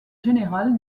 général